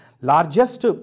largest